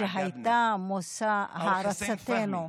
שהייתה מושא הערצתנו.